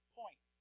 point